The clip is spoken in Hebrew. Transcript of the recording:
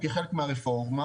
כחלק מהרפורמה,